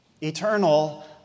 eternal